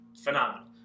phenomenal